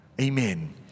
Amen